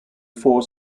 four